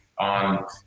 on